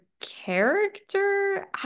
character